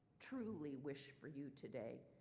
truly wish for you today.